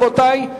רבותי,